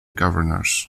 governors